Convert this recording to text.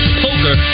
poker